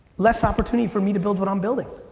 less opportunity for me to build what i'm building.